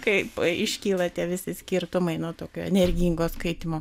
kaip iškyla tie visi skirtumai nuo tokio energingo skaitymo